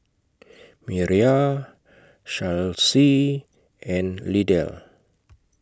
Miriah Charlsie and Lydell